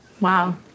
Wow